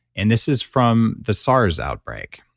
and this is from the sars outbreak,